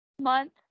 month